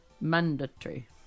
Mandatory